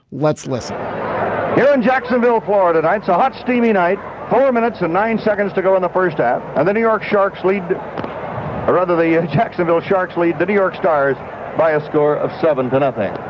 let's listen here in jacksonville florida i saw hot steamy night four minutes and nine seconds to go in the first half and the new york sharks lead run rather the and jacksonville sharks lead the new york stars by a score of seven to nothing.